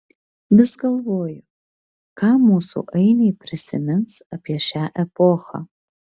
vis galvoju ką mūsų ainiai prisimins apie šią epochą